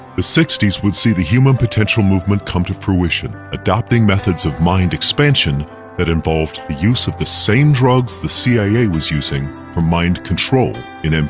the sixty s would see the human potential movement come to fruition, adopting methods of mind expansion that involved the use of the same drugs the cia was using for mind control in ah